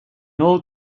old